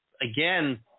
again